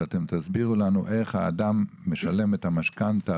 שאתם תסבירו לנו איך האדם משלם את המשכנתא